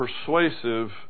persuasive